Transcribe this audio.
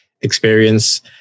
experience